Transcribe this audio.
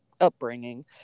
upbringing